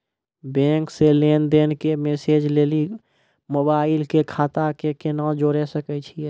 Bank से लेंन देंन के मैसेज लेली मोबाइल के खाता के केना जोड़े सकय छियै?